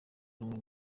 rumwe